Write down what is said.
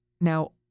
Now